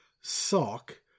sock